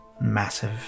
Massive